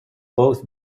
both